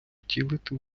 втілити